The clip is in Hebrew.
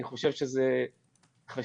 אני חושב שזה חשוב,